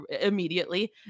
immediately